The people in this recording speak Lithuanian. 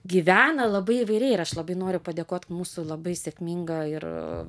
gyvena labai įvairiai ir aš labai noriu padėkot mūsų labai sėkminga ir